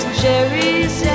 cherries